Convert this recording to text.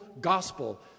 gospel